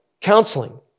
counseling